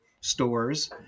stores